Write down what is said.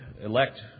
elect